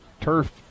Turf